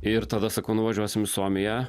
ir tada sakau nuvažiuosim į suomiją